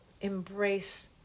embrace